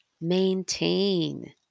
maintain